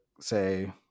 say